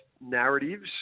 narratives